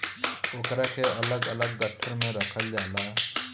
ओकरा के अलग अलग गट्ठर मे रखल जाला